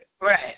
Right